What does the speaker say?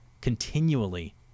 continually